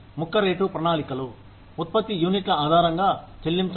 ముక్క రేటు ప్రణాళికలు ఉత్పత్తి యూనిట్ల ఆధారంగా చెల్లించండి